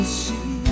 see